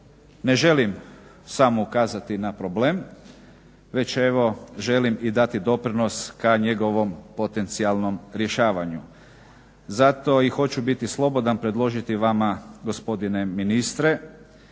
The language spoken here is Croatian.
ne želim samo ukazati na problem već evo želim i dati doprinos ka njegovom potencijalnom rješavanju. Zato i hoću biti slobodan predložiti vama gospodine ministre